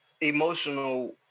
emotional